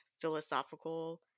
philosophical